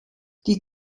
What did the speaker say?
die